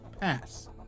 Pass